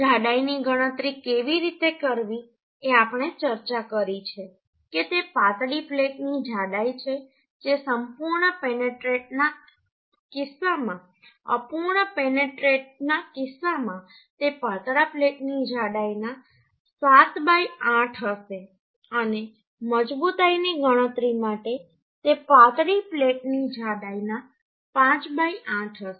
જાડાઈની ગણતરી કેવી રીતે કરવી એ આપણે ચર્ચા કરી છે કે તે પાતળી પ્લેટની જાડાઈ છે જે સંપૂર્ણ પેનેટ્રેટેના કિસ્સામાં અપૂર્ણ પેનેટ્રેટેના કિસ્સામાં તે પાતળા પ્લેટની જાડાઈના 78 હશે અને મજબૂતાઈની ગણતરી માટે તે પાતળી પ્લેટ ની જાડાઈના 58 હશે